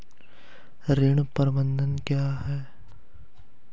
ऋण प्रबंधन क्या है?